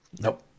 Nope